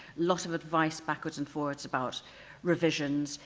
lots of advice backwards and forwards about revisions,